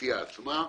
שונים.